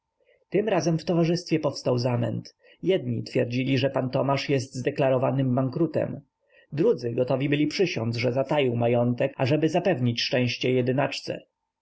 tym razem w towarzystwie powstał zamęt jedni twierdzili że p tomasz jest zdeklarowanym bankrutem drudzy gotowi byli przysiądz że zataił majątek aby zapewnić szczęście